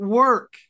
work